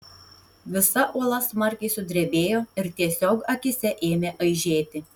visa uola smarkiai sudrebėjo ir tiesiog akyse ėmė aižėti